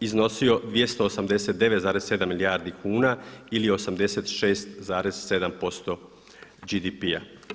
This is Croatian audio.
iznosio 289,7 milijardi kuna ili 86,7% BDP-a.